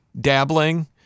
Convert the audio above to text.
dabbling